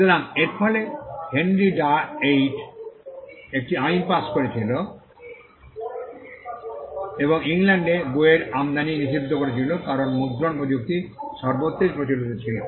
সুতরাং এর ফলে হেনরি ডা এইট একটি আইন পাস করেছিল এবং ইংল্যান্ডে বইয়ের আমদানি নিষিদ্ধ করেছিল কারণ মুদ্রণ প্রযুক্তি সর্বত্রই প্রচলিত ছিল